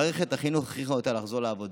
מערכת החינוך הכריחה אותה לחזור לעבודה.